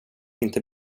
inte